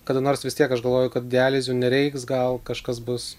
kada nors vis tiek aš galvoju kad dializių nereiks gal kažkas bus